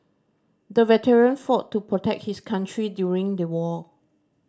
the veteran fought to protect his country during the war